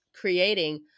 creating